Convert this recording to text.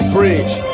Bridge